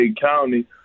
County